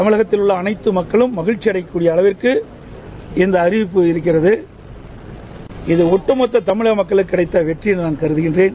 தமிழகத்தில் உள்ள அனைத்து மக்களும் மகிழ்ச்சி அடையும் அளவுக்கு இந்த அறிவிப்பு இருக்கிறது இது ஒட்டுமொத்த தமிழக மக்களுக்கு கிடைத்த வெற்றி என்று நான் கருதுகிறேன்